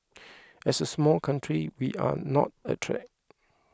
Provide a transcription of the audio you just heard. as a small country we are not a threat